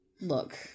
look